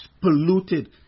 polluted